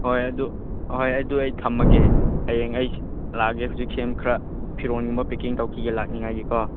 ꯍꯣꯏ ꯑꯗꯨ ꯍꯣꯏ ꯑꯗꯨ ꯑꯩ ꯊꯝꯂꯒꯦ ꯍꯦꯌꯡ ꯑꯩ ꯂꯥꯛꯂꯒꯦ ꯍꯧꯖꯤꯛꯁꯦ ꯈꯔ ꯐꯤꯔꯣꯟꯒꯨꯝꯕ ꯄꯦꯛꯀꯤꯡ ꯇꯧꯈꯤꯒꯦ ꯂꯥꯛꯅꯤꯡꯉꯥꯏꯒꯤꯀꯣ